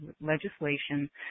legislation